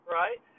right